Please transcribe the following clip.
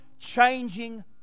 changing